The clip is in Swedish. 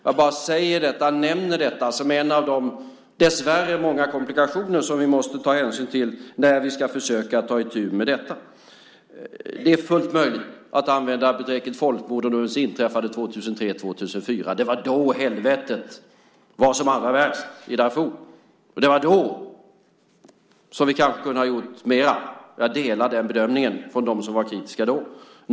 Jag bara nämner detta som en av de dessvärre många komplikationer som vi måste ta hänsyn till när vi ska försöka ta itu med detta. Det är fullt möjligt att använda begreppet folkmord om det som inträffade 2003-2004. Det var då helvetet var som allra värst i Darfur. Det var då som vi kanske kunde ha gjort mer. Jag delar den bedömningen från dem som var kritiska då.